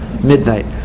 midnight